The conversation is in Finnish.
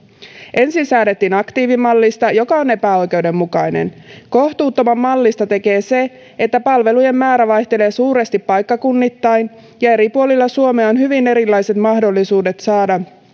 ensin säädettiin aktiivimallista joka on epäoikeudenmukainen kohtuuttoman mallista tekee se että palvelujen määrä vaihtelee suuresti paikkakunnittain ja eri puolilla suomea on hyvin erilaiset mahdollisuudet saada